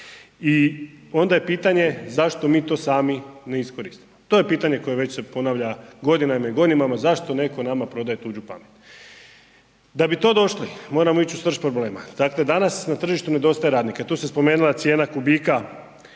I onda je pitanje zašto mi to sami ne iskoristimo. To je pitanje koje već se ponavlja godinama i godinama zašto netko nama prodaje tuđu pamet. Da bi to došli moramo ići u srž problema. Dakle danas na tržištu nedostaje radnika. Tu se spomenula cijena kubika